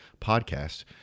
podcast